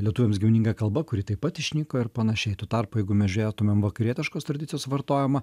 lietuviams gimininga kalba kuri taip pat išnyko ir panašiai tuo tarpu jeigu mes žiūrėtumėm vakarietiškos tradicijos vartojimą